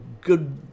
good